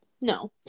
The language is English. no